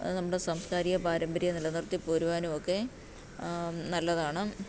അത് നമ്മുടെ സംസ്കാരിക പാരമ്പര്യം നിലനിർത്തി പോരുവാനുവൊക്കെ നല്ലതാണ്